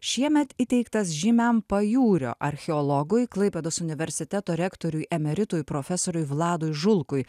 šiemet įteiktas žymiam pajūrio archeologui klaipėdos universiteto rektoriui emeritui profesoriui vladui žulkui